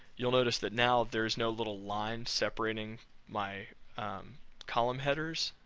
you'll notice that now there's no little line separating my column headers,